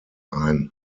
ein